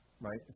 right